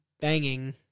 banging